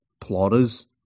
plotters